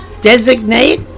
designate